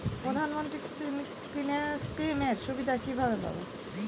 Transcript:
প্রধানমন্ত্রী স্কীম এর সুবিধা কিভাবে পাবো?